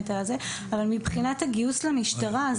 אבל מבחינת הגיוס למשטרה,